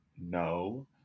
No